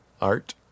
Art